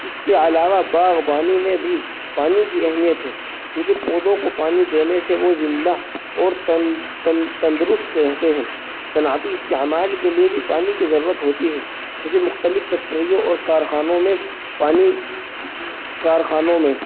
اس کے علاوہ باغبانی میں بھی پانی کی اہمیت ہے کیوں کہ پودھوں کو پانی دینے سے وہ زندہ اور تن تن تندرست رہتے ہیں صنعتی استعمال کے لیے بھی پانی کی ضرورت ہوتی ہے کسی مختلف فیکٹریوں اور کارخانوں میں پانی کارخانوں میں